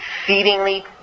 exceedingly